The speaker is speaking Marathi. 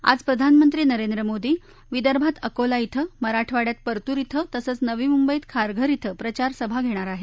आज प्रधानमंत्री नरेंद्र मोदी विदर्भात अकोला ििं मराठवाड्यात परतूर िंग तसंच नवी मुंबईत खारघर िं प्रचारसभा घेणार आहेत